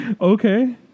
okay